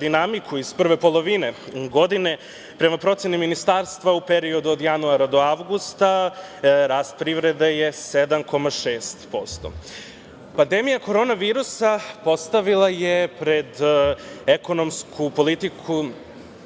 dinamiku iz prve polovine godine prema proceni ministarstva u periodu od januara do avgusta rast privrede je 7,6%.Pandemija korona virusa postavila je pred ekonomsku politiku